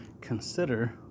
consider